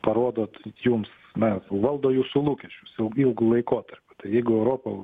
parodot jums na valdo jūsų lūkesčius su ilgu laikotarpiu jeigu europo